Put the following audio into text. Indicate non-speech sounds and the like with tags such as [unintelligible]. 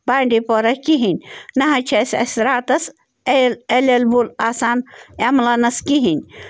بانٛڈی پورہ کِہیٖنۍ نَہ حظ چھِ اَسہِ اَسہِ راتَس [unintelligible] اٮ۪لیبٕل آسان اٮ۪ملَنٕس کِہیٖنۍ